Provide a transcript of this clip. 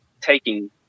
taking